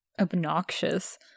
obnoxious